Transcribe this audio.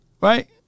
Right